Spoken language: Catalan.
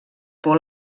por